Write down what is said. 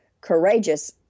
courageous